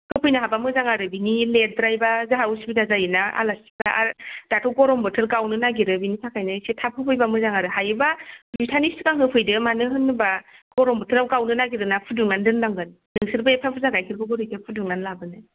होफैनो हाबा मोजां आरो बिनि लेतद्रायबा जोंहा असुबिदा जायो ना आलासिफोरा आरो दाथ' गरम बोथोर गावनो नागिरो बिनि थाखायनो इसे थाब होफैबा मोजां आरो हायोबा दुइतानि सिगांनि होफैदो मानो होनोबा गरम बोथोराव गावनो नागिरोना फुदुंनानै दोन्नांगोन नोंसोरबो एफ्फा बुरजा गाइखेरखौ बोरैथौ फुदुंनानै लाबोनो